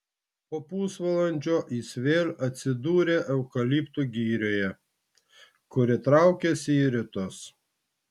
po pusvalandžio jis vėl atsidūrė eukaliptų girioje kuri traukėsi į rytus